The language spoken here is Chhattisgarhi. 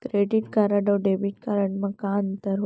क्रेडिट कारड अऊ डेबिट कारड मा का अंतर होथे?